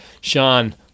Sean